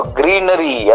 greenery